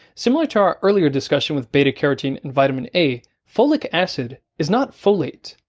similar to our earlier discussion with beta carotene and vitamin a, folic acid is not folate.